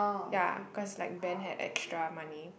ya cause like Ben had extra money